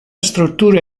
struttura